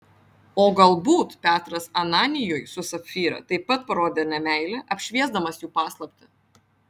o galbūt petras ananijui su sapfyra taip pat parodė nemeilę apšviesdamas jų paslaptį